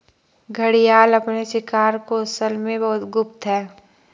घड़ियाल अपने शिकार कौशल में बहुत गुप्त होते हैं